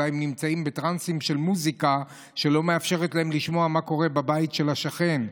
אולי הם בטרנסים של מוזיקה שלא מאפשרת להם לשמוע מה שקורה בבית של השכן.